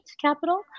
capital